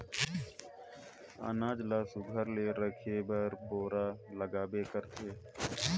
अनाज ल सुग्घर ले राखे बर बोरा लागबे करथे